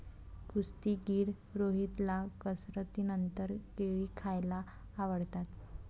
कुस्तीगीर रोहितला कसरतीनंतर केळी खायला आवडतात